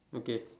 okay